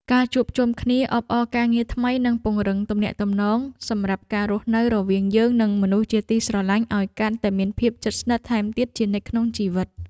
ការជួបជុំគ្នាអបអរការងារថ្មីនឹងពង្រឹងទំនាក់ទំនងសម្រាប់ការរស់នៅរវាងយើងនិងមនុស្សជាទីស្រឡាញ់ឱ្យកាន់តែមានភាពជិតស្និទ្ធថែមទៀតជានិច្ចក្នុងជីវិត។